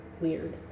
weird